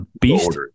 beast